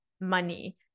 money